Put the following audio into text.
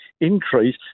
increase